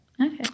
Okay